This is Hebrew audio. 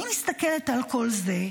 אני מסתכלת על כל זה,